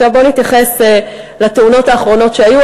עכשיו בואו נתייחס לתאונות האחרונות שהיו.